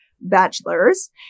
bachelors